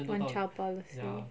one child policy